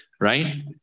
Right